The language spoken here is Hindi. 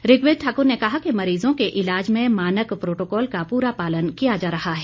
ऋग्वेद ठाकुर ने कहा है कि मरीजों के इलाज में मानक प्रोटोकॉल का पूरा पालन किया जा रहा है